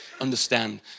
understand